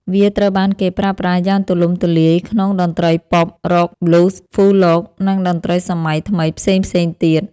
វាត្រូវបានគេប្រើប្រាស់យ៉ាងទូលំទូលាយក្នុងតន្ត្រីប៉ុប រ៉ុក ប៊្លូស៍ ហ្វូលក និងតន្ត្រីសម័យថ្មីផ្សេងៗទៀត។